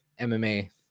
MMA